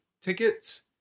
tickets